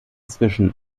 zwischen